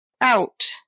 out